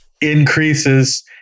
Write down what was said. increases